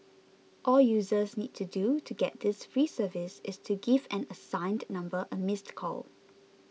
all users need to do to get this free service is to give an assigned number a missed call